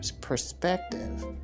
perspective